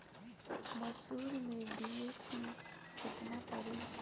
मसूर में डी.ए.पी केतना पड़ी?